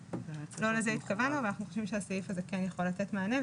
לא לזה התכוונו ואנחנו חושבים שהסעיף הזה כן יכול לתת מענה,